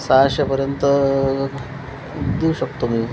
सहाशेपर्यंत देऊ शकतो मी